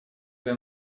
для